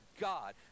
God